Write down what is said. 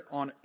on